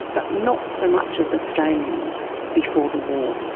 but not so much of australians before the war.